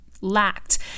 lacked